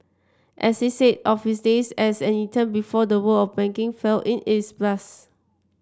as he said of his days as an intern before the world of banking fell in it's a blast